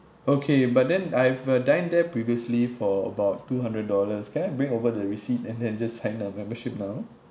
okay but then I've uh dine there previously for about two hundred dollars can I bring over the receipt and then just sign the membership now